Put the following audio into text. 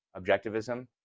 objectivism